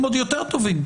עו"ד שרון,